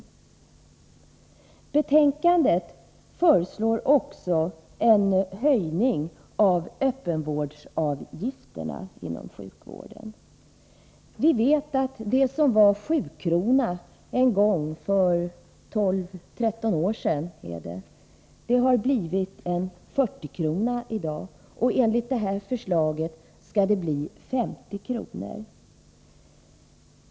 I betänkandet föreslås också en höjning av öppenvårdsavgifterna inom sjukvården. Vi vet att det som var 7-kronan en gång för tolv tretton år sedan har blivit en 40-krona i dag, och enligt det förslag som nu föreligger skall avgiften bli 50 kr.